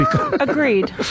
Agreed